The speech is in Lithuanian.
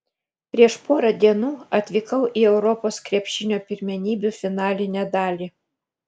prieš porą dienų atvykau į europos krepšinio pirmenybių finalinę dalį